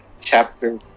chapter